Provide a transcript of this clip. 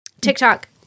TikTok